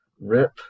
Rip